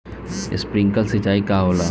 Sprinkler सिंचाई का होला?